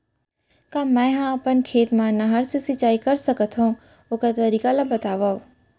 का मै ह अपन खेत मा नहर से सिंचाई कर सकथो, ओखर तरीका ला बतावव?